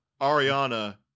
Ariana